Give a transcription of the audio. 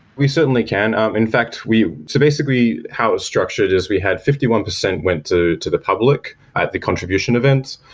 we certainly can. in fact so basically, how it's structured is we had fifty one percent went to to the public at the contribution event.